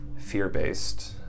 Fear-based